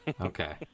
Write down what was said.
Okay